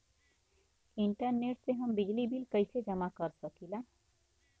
Internet से हम बिजली बिल कइसे जमा कर सकी ला?